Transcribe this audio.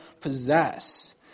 possess